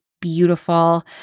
beautiful